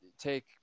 Take